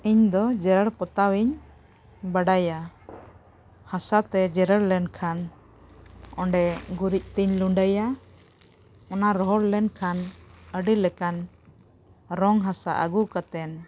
ᱤᱧ ᱫᱚ ᱡᱮᱨᱮᱲ ᱯᱚᱛᱟᱣᱤᱧ ᱵᱟᱰᱟᱭᱟ ᱦᱟᱥᱟ ᱛᱮ ᱡᱮᱨᱮᱲ ᱞᱮᱱᱠᱷᱟᱱ ᱚᱸᱰᱮ ᱜᱩᱨᱤᱡ ᱛᱤᱧ ᱞᱩᱸᱰᱟᱹᱭᱟ ᱚᱱᱟ ᱨᱚᱦᱚᱲ ᱞᱮᱱ ᱠᱷᱟᱱ ᱟᱹᱰᱤ ᱞᱮᱠᱟᱱ ᱨᱚᱝ ᱦᱟᱥᱟ ᱟᱹᱜᱩ ᱠᱟᱛᱮᱱ